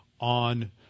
on